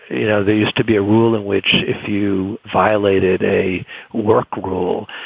you know, there used to be a rule in which if you violated a work rule,